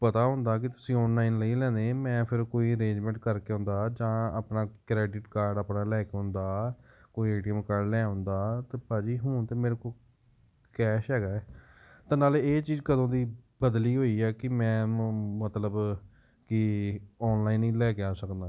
ਪਤਾ ਹੁੰਦਾ ਕਿ ਤੁਸੀਂ ਔਨਲਾਈਨ ਨਹੀਂ ਲੈਣੇ ਮੈਂ ਫਿਰ ਕੋਈ ਅਰੇਂਜਮੈਂਟ ਕਰਕੇ ਆਉਂਦਾ ਜਾਂ ਆਪਣਾ ਕ੍ਰੈਡਿਟ ਕਾਰਡ ਆਪਣਾ ਲੈ ਕੇ ਆਉਂਦਾ ਕੋਈ ਏ ਟੀ ਐਮ ਕਾਰਡ ਲੈ ਆਉਂਦਾ ਅਤੇ ਭਾਅ ਜੀ ਹੁਣ ਤਾਂ ਮੇਰੇ ਕੋਲ ਕੈਸ਼ ਹੈਗਾ ਏ ਤਾਂ ਨਾਲੇ ਇਹ ਚੀਜ਼ ਕਦੋਂ ਦੀ ਬਦਲੀ ਹੋਈ ਹੈ ਕਿ ਮੈਂ ਮ ਮਤਲਬ ਕਿ ਔਨਲਾਈਨ ਹੀ ਲੈ ਕੇ ਆ ਸਕਦਾ